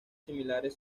similares